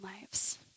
lives